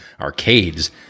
arcades